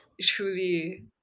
Truly